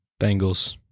Bengals